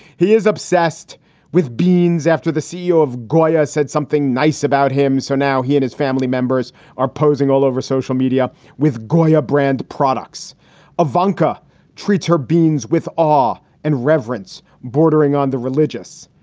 he is obsessed with beans after the ceo of goya said something nice about him. so now he and his family members are posing all over social media with goya. brand products of vanka treats her beans with all and reverence bordering on the religious.